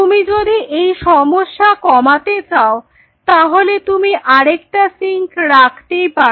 তুমি যদি এই সমস্যা কমাতে চাও তাহলে তুমি আরেকটা সিঙ্ক রাখতেই পারো